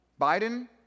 Biden